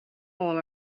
all